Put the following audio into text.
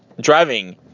driving